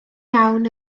iawn